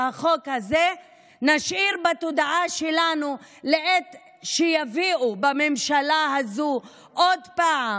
נשאיר בתודעה שלנו לעת שיביאו בממשלה הזו עוד פעם,